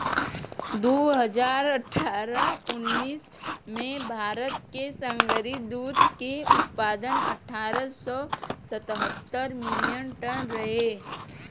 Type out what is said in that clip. दू हज़ार अठारह उन्नीस में भारत के सगरी दूध के उत्पादन अठारह सौ सतहत्तर मिलियन टन रहे